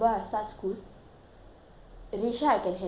reisha I can handle one one kid only